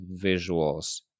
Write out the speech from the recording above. visuals